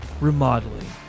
Remodeling